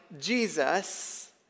Jesus